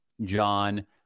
John